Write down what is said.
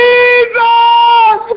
Jesus